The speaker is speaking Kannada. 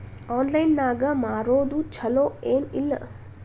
ಆನ್ಲೈನ್ ನಾಗ್ ಮಾರೋದು ಛಲೋ ಏನ್ ಇಲ್ಲ?